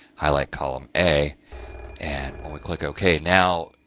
highlight column a and when we click ok. now,